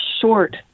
short